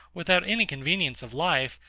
without any convenience of life,